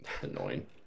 Annoying